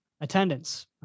attendance